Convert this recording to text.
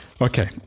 Okay